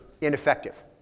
ineffective